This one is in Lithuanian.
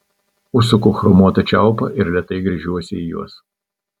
užsuku chromuotą čiaupą ir lėtai gręžiuosi į juos